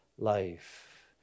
life